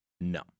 No